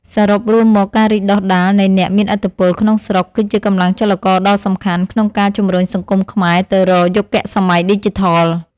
សរុបរួមមកការរីកដុះដាលនៃអ្នកមានឥទ្ធិពលក្នុងស្រុកគឺជាកម្លាំងចលករដ៏សំខាន់ក្នុងការជំរុញសង្គមខ្មែរទៅរកយុគសម័យឌីជីថល។